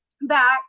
back